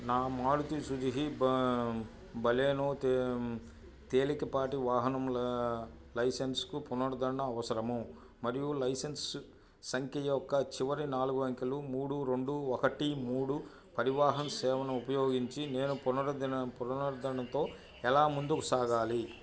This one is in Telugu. నా మారుతి సుజుకి బలెనో తె తేలికపాటి వాహనంల లైసెన్సు పునరుద్ధరణ అవసరము మరియు లైసెన్స్ సంఖ్య యొక్క చివరి నాలుగు అంకెలు మూడు రెండు ఒకటి మూడు పరివాహన్ సేవను ఉపయోగించి నేను పునరుద్ధరణ పునరుద్ధరణతో ఎలా ముందుకు సాగాలి